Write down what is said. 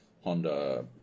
honda